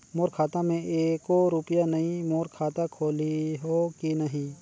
मोर खाता मे एको रुपिया नइ, मोर खाता खोलिहो की नहीं?